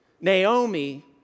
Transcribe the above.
Naomi